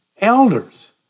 elders